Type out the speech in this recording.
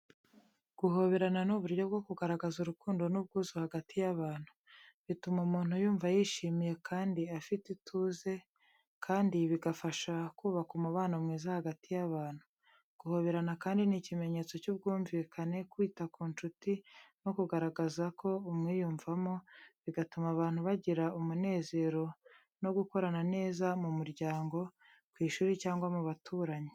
Guhoberana ni uburyo bwo kugaragaza urukundo n’ubwuzu hagati y’abantu. Bituma umuntu yumva yishimiye kandi afite ituze, kandi bigafasha kubaka umubano mwiza hagati y’abantu. Guhoberana kandi ni ikimenyetso cy’ubwumvikane, kwita ku nshuti no kugaragaza ko umwiyumvamo, bigatuma abantu bagira umunezero no gukorana neza mu muryango, ku ishuri cyangwa mu baturanyi.